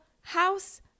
house